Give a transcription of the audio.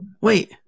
Wait